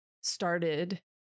started